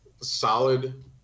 solid